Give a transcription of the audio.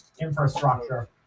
infrastructure